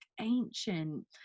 ancient